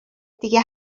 دیگه